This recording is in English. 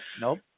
nope